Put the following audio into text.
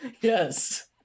Yes